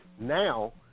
Now